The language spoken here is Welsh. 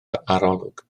arolwg